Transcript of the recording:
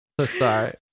sorry